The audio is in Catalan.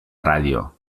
ràdio